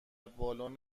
بالن